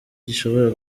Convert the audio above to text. gishobora